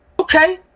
okay